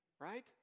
right